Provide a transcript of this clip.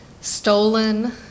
stolen